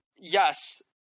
Yes